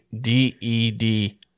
D-E-D